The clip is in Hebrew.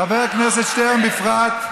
חבר הכנסת שטרן בפרט,